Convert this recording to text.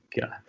god